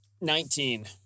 Nineteen